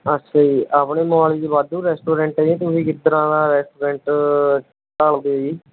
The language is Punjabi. ਅੱਛਾ ਜੀ ਆਪਣੇ ਮੋਹਾਲੀ 'ਚ ਵਾਧੂ ਰੈਸਟੋਰੈਂਟ ਹੈ ਜੀ ਤੁਸੀਂ ਕਿਸ ਤਰ੍ਹਾਂ ਦਾ ਰੈਸਟਰੋਰੈਂਟ ਭਾਲਦੇ ਹੋ ਜੀ